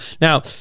Now